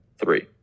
three